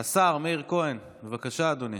השר מאיר כהן, בבקשה, אדוני.